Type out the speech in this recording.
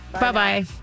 bye-bye